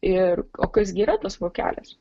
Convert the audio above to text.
ir o kas gi yra tas vokelis